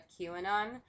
QAnon